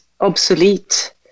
obsolete